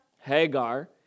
Hagar